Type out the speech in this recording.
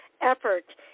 effort